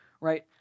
right